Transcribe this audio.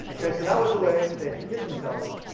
ok. so that was the way they hid themselves.